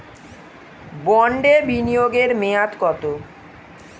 বন্ডে বিনিয়োগ এর মেয়াদ কত?